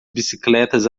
bicicletas